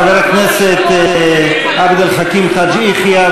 חבר הכנסת עבד אל חכים חאג' יחיא,